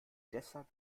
deshalb